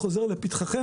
זה חוזר לפתחכם.